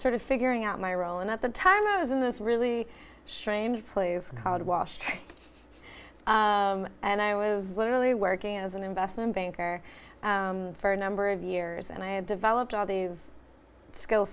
sort of figuring out my role and at the time i was in this really shines please called walsh and i was literally working as an investment banker for a number of years and i had developed all these skill